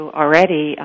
already